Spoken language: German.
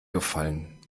gefallen